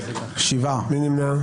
מי נמנע?